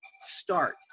start